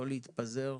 לא להתפזר.